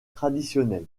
traditionnels